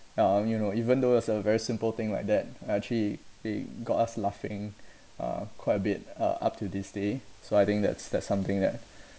um you know even though it's a very simple thing like that actually they got us laughing uh quite a bit uh up to this day so I think that's that's something that